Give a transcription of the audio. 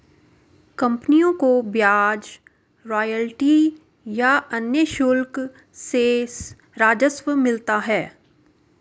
कंपनियों को ब्याज, रॉयल्टी या अन्य शुल्क से राजस्व मिलता है